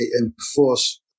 enforce